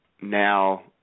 now